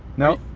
no?